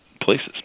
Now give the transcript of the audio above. places